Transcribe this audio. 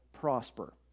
prosper